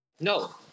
no